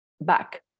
back